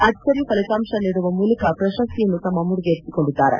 ಅಚ್ವರಿ ಫಲಿತಾಂಶ ನೀಡುವ ಮೂಲಕ ಪ್ರಶಸ್ತಿಯನ್ನು ತಮ್ಮ ಮುಡಿಗೇರಿಸಿಕೊಂಡಿದ್ದಾರೆ